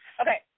Okay